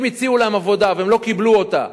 אם הציעו להם עבודה והם לא קיבלו אותה,